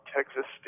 Texas